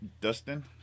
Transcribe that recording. Dustin